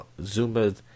Zumba